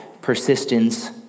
persistence